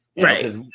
Right